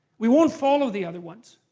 we won't follow the other ones,